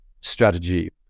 strategy